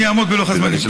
אני אעמוד בלוח הזמנים.